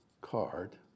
card